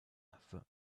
have